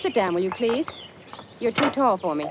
sit down when you please you're too tall for me